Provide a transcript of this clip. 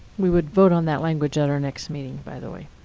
we would vote on that language at our next meeting, by the way.